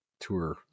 tour